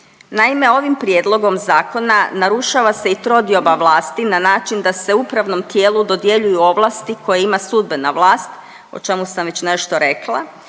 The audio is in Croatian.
Naime, ovim prijedlogom zakona narušava se i trodioba vlasti na način da se upravnom tijelu dodjeljuju ovlasti koje ima sudbena vlast, o čemu sam već nešto rekla